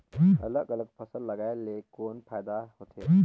अलग अलग फसल लगाय ले कौन फायदा होथे?